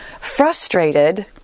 frustrated